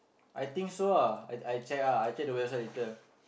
I think so ah I check ah I check the website later